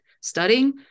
studying